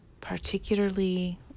particularly